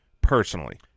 personally